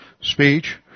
speech